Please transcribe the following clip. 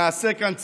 נעשה כאן צדק.